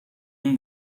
اون